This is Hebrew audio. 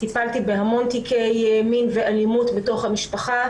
טיפלתי בהמון תיקי מין ואלימות בתוך המשפחה